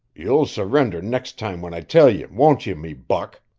you'll surrinder next time when i tell ye, won't ye, me buck